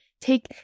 take